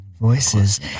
voices